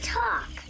talk